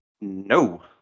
No